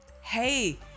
Hey